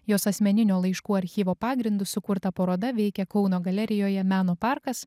jos asmeninio laiškų archyvo pagrindu sukurta paroda veikia kauno galerijoje meno parkas